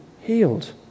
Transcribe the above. healed